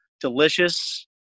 delicious